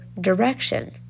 direction